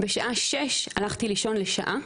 בשעה שש הלכתי לישון לשעה.